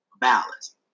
balance